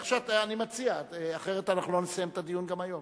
אני מציע, אחרת לא נסיים את הדיון גם היום.